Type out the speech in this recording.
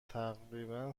تقریبا